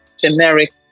generic